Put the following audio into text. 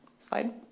Slide